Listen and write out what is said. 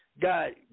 God